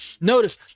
notice